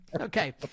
Okay